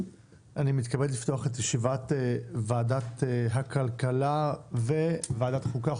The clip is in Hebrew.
אני מתכבד לפתוח את ישיבת ועדת הכלכלה וועדת החוקה,